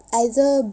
either